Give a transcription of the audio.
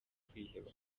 kwiheba